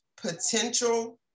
potential